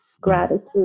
Gratitude